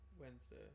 Wednesday